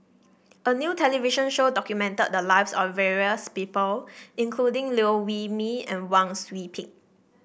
a new television show documented the lives of various people including Liew Wee Mee and Wang Sui Pick